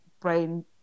brain